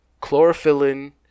chlorophyllin